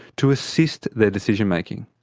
to assist their decision making.